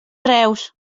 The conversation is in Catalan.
reus